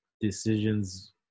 decisions